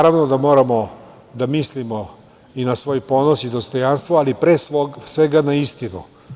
Naravno da moramo da mislimo i na svoj ponos i dostojanstvo, ali pre svega na istinu.